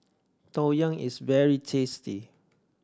Tang Yuen is very tasty